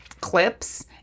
clips